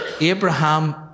Abraham